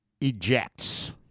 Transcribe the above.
ejects